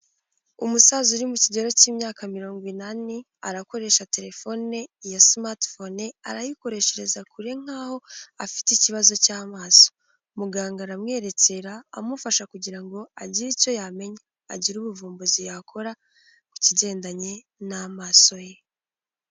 Umusaza uri mu kigero cy'imyaka mirongo inani arakoresha telefone ya smart phone ,arayikoreshereza kure nkaho afite ikibazo cy'amaso. Muganga aramwerekera amufasha kugira ngo agire icyo yamenya agire ubuvumbuzi yakora ku kigendanye n'amaso ye.